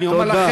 אני אומר לכם,